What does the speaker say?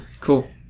Cool